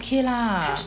is okay lah